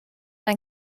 ein